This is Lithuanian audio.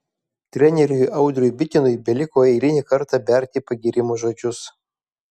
treneriui audriui bitinui beliko eilinį kartą berti pagyrimo žodžius